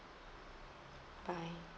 bye